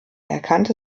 erkannte